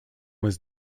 was